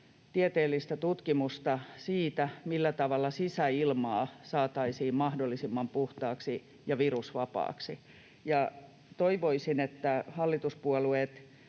tieteellistä tutkimusta siitä, millä tavalla sisäilmaa saataisiin mahdollisimman puhtaaksi ja virusvapaaksi, ja toivoisin, että myös hallituspuolueet